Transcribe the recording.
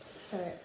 sorry